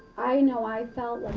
i know i felt